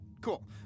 cool